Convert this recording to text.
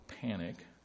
panic